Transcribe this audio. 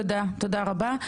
תודה רבה.